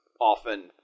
often